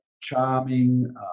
charming